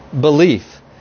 belief